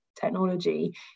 technology